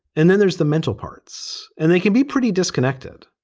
and then there's the mental parts. and they can be pretty disconnected.